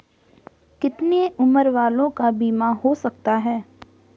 कितने उम्र वालों का बीमा हो सकता है?